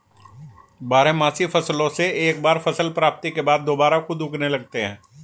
बारहमासी फसलों से एक बार फसल प्राप्ति के बाद दुबारा खुद उगने लगते हैं